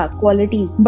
qualities